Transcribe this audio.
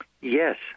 Yes